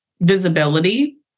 visibility